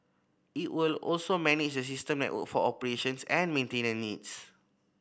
it will also manage the system for operations and maintenance needs